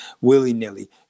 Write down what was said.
willy-nilly